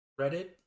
Reddit